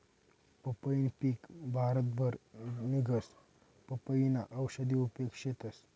पंपईनं पिक भारतभर निंघस, पपयीना औषधी उपेग शेतस